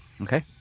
Okay